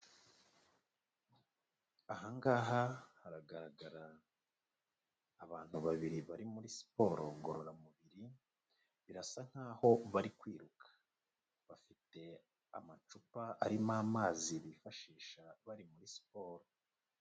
Aha ngaha haragaragara, abantu babiri bari muri siporo ngororamubiri, birasa nk'aho bari kwiruka. Bafite amacupa arimo amazi, bifashisha bari muri siporo.